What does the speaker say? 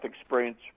experience